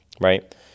right